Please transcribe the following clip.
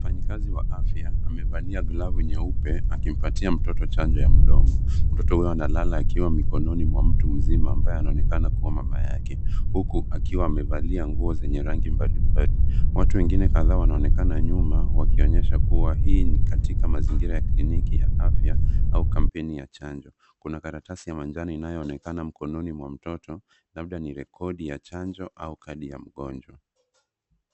Mfanyikazi wa afya amevalia glavu nyeupe akimpatia mtoto chanjo ya mdomo. Mtoto huyo analala akiwa mikononi mwa mtu mzima ambaye anaonekana kuwa mama yake, huku akiwa amevalia nguo zenye rangi mbalimbali. Watu wengine kadhaa wanaonekana nyuma wakionyesha kuwa hii ni katika mazingira ya kliniki ya afya au kampeni ya chanjo. Kuna karatasi ya manjano inayoonekana mkononi mwa mtoto labda ni rekodi ya chanjo au kadi ya mgonjwa.